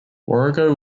warrego